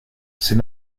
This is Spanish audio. sin